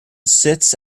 sits